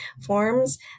forms